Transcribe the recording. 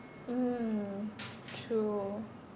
mm true